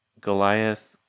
Goliath